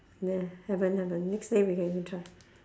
haven't haven't next day we can go and try